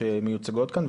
שמיוצגות כאן,